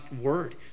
word